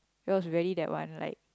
it was very that one like